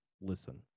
listen